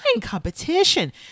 competition